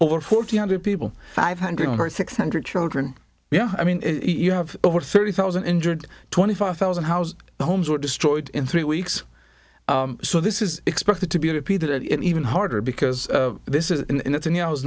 or fourteen hundred people five hundred or six hundred children yeah i mean you have over thirty thousand injured twenty five thousand houses homes were destroyed in three weeks so this is expected to be repeated in even harder because this is and it's in